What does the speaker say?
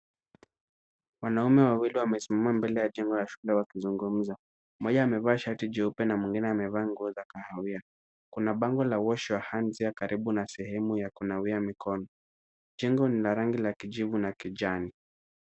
Wanaume wawili wamesimama mbele ya jengo la shule wakizungumza, moja amevaa shati jeupe na mwingine amevaa nguo za kahawia. Kuna bango la "wash your hands" karibu na sehemu ya kunawia mikono. Jengo lina rangi la kijivu na kijani.